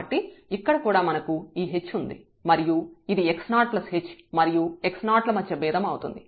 కాబట్టి ఇక్కడ కూడా మనకు ఈ h ఉంది మరియు ఇది x0h మరియు x0 ల మధ్య భేదం అవుతుంది